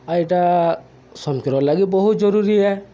ଆଉ ଇଟା ସମ୍କିରର୍ ଲାଗି ବହୁତ୍ ଜରୁରୀ ଆଏ